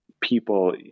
people